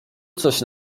coś